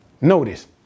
Notice